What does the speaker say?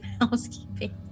Housekeeping